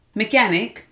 Mechanic